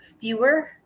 fewer